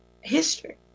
history